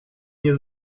nie